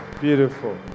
beautiful